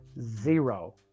zero